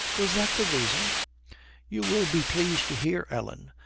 was that the reason you will be pleased to hear, ellen,